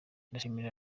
ndashimira